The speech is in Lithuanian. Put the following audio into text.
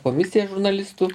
komisiją žurnalistų